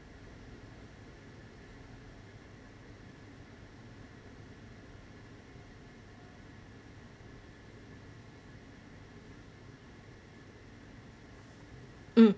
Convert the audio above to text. mm